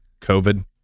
COVID